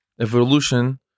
evolution